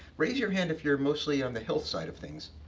raise your hand if you're mostly on the health side of things.